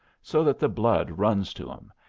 so that the blood runs to em,